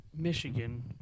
michigan